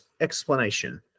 explanation